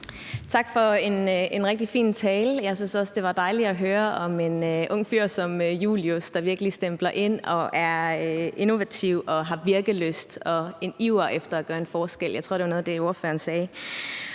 Tak for en rigtig fin tale. Jeg synes også, det var dejligt at høre om en ung fyr som Julius, der virkelig stempler ind, er innovativ og har virkelyst og en iver efter at gøre en forskel. Jeg tror, det var noget af det, ordføreren sagde.